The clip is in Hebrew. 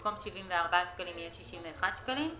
במקום 74 שקלים יהיה 61 שקלים.